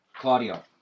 Claudio